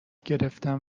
گرفنم